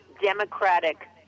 Democratic